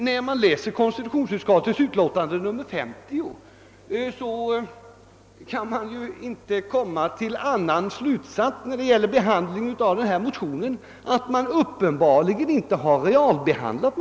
Läser man konstitutionsutskottets utlåtande nr 50 kan man inte komma till någon annan slutsats då det gäller behandlingen av motionen än att den uppenbarligen inte har realbehandlats.